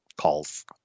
calls